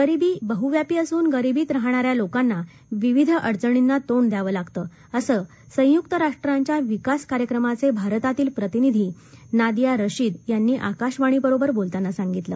गरिबी बह्व्यापी असून गरिबीत राहणाऱ्या लोकांना विविध अडचणींना तोंड द्यावं लागतं असं संयुक्त राष्ट्रांच्या विकास कार्यक्रमाचे भारतातील प्रतिनिधी नादिया रशीद यांनी आकाशवाणीबरोबर बोलताना सांगितलं